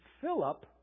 Philip